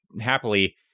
happily